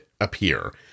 appear